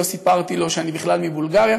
לא סיפרתי לו שאני בכלל מבולגריה.